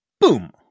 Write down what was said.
Boom